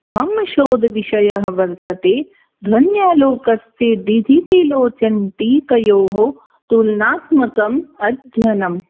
मम शोधविषयः वर्तते ध्वन्यालोकस्य दिधितिलोचनटीकयोः तुलनात्मकम् अध्ययनं